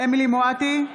אמילי חיה מואטי,